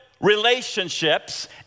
relationships